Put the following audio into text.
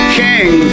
king